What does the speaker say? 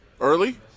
Early